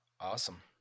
Awesome